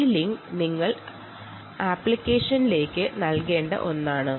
ഈ ലിങ്ക് നിങ്ങൾ അപ്ലിക്കേഷനിലേക്ക് ഫീഡ് ചെയ്യേണ്ടതാണ്